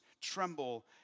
tremble